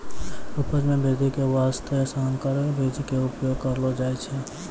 उपज मॅ वृद्धि के वास्तॅ संकर बीज के उपयोग करलो जाय छै